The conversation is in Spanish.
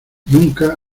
nunca